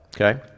okay